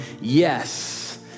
yes